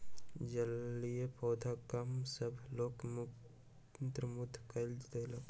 जलीय पौधा कमल सभ लोक के मंत्रमुग्ध कय देलक